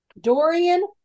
Dorian